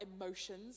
emotions